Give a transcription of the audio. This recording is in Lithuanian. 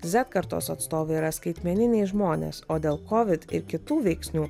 zet kartos atstovai yra skaitmeniniai žmonės o dėl kovid ir kitų veiksnių